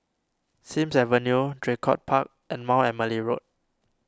Sims Avenue Draycott Park and Mount Emily Road